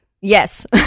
Yes